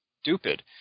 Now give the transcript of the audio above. stupid